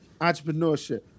entrepreneurship